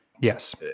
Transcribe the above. Yes